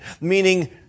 meaning